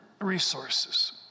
resources